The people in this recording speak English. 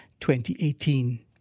2018